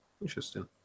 Interesting